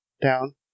down